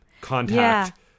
contact